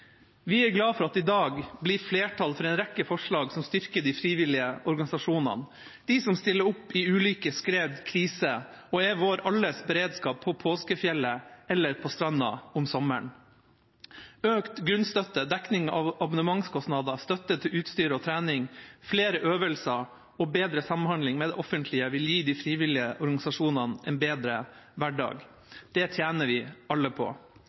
Vi er glade for at det i dag blir flertall for en rekke forslag som styrker de frivillige organisasjonene – de som stiller opp i ulike skred og kriser og er vår alles beredskap på påskefjellet eller på stranda om sommeren. Økt grunnstøtte, dekning av abonnementskostnader, støtte til utstyr og trening, flere øvelser og bedre samhandling med det offentlige vil gi de frivillige organisasjonene en bedre hverdag. Det tjener vi alle på.